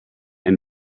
and